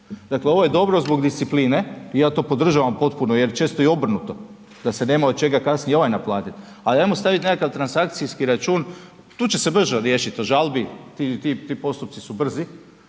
Dakle, ovo je dobro zbog discipline i ja to podržavam potpuno jer često je i obrnuto da se nema od čega kasnije od ovaj naplatit, ali ajmo staviti nekakav transakcijski račun tu će se brže riješiti o žalbi, ti postupci su brzi,